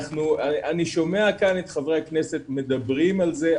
אני שומע את חברי הכנסת מדברים על זה,